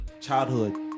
childhood